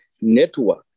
network